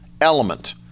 element